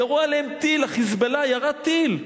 ירו עליהם טיל, ה"חיזבאללה" ירה טיל,